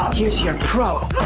here's your pro.